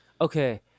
Okay